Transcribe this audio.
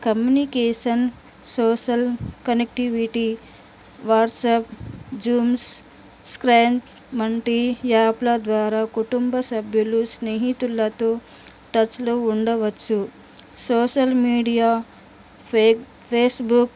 communication social connectivity WhatsApp Zooms Skype వంటి యాప్ల ద్వారా కుటుంబ సభ్యులు స్నేహితులతో టచ్లో ఉండవచ్చు సోషల్ మీడియా ఫే ఫెస్బుక్